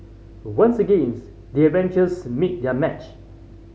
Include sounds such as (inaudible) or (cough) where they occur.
once again (unintelligible) the Avengers meet their match